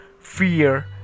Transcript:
fear